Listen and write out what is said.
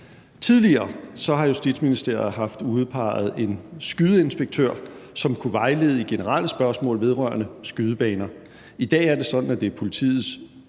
Tidligere har Justitsministeriet haft udpeget en skydeinspektør, som kunne vejlede i generelle spørgsmål vedrørende skydebaner. I dag er det sådan, at det er politiets